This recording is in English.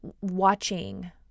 watching